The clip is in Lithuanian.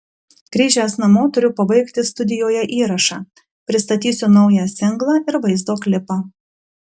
grįžęs namo turiu pabaigti studijoje įrašą pristatysiu naują singlą ir vaizdo klipą